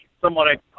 somewhat